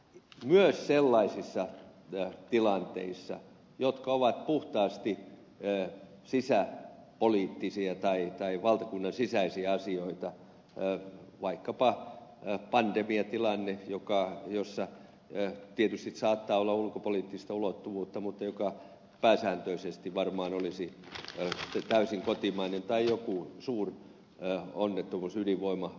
myös sellaisiin tilanteisiin jotka ovat puhtaasti sisäpoliittisia tai valtakunnan sisäisiä asioita vaikkapa ja paddy pietiläinen joka on pandemiatilanne jossa tietysti saattaa olla ulkopoliittista ulottuvuutta mutta joka pääsääntöisesti varmaan olisi täysin kotimainen tai joku suuri ero on otettu pois ydinvoima